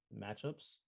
matchups